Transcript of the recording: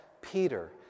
Peter